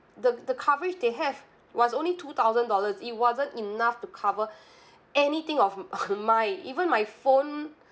the the coverage they have was only two thousand dollars it wasn't enough to cover anything of my even my phone